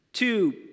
Two